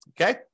Okay